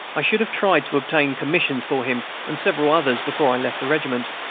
i should have tried to obtain commissions for him and several others before i left the regiment,